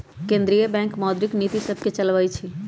केंद्रीय बैंक मौद्रिक नीतिय सभके चलाबइ छइ